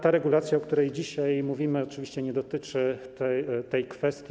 Ta regulacja, o której dzisiaj mówimy, oczywiście nie dotyczy wprost tej kwestii.